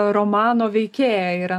romano veikėja yra